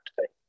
today